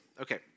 Okay